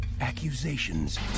Accusations